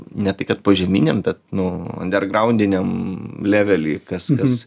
ne tai kad požeminiam nu andergraundiniam levely kas kas